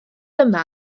yma